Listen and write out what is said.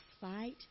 fight